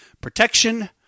Protection